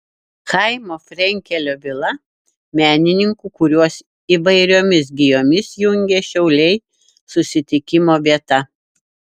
chaimo frenkelio vila menininkų kuriuos įvairiomis gijomis jungia šiauliai susitikimo vieta